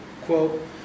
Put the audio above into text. quote